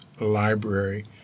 library